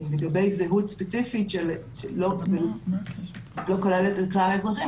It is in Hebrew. לגבי זהות ספציפית שלא כוללת את כלל האזרחים,